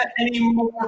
anymore